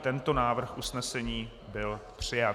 I tento návrh usnesení byl přijat.